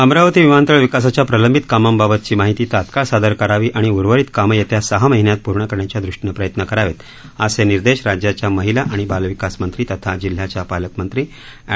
अमरावती विमानतळ विकासाच्या प्रलंबित कामांबाबतची माहिती तात्काळ सादर करावी आणि उर्वरित कामं येत्या सहा महिन्यांत पूर्ण करण्याच्या दृष्टीनं प्रयत्न करावेत असे निर्देश राज्याच्या महिला आणि बालविकास मंत्री तथा जिल्ह्याच्या पालकमंत्री एड